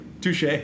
touche